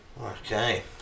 Okay